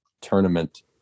tournament